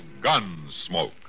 Gunsmoke